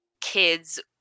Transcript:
kids